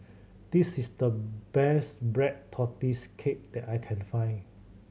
this is the best Black Tortoise Cake that I can find